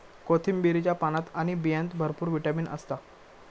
कोथिंबीरीच्या पानात आणि बियांत भरपूर विटामीन असता